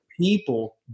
people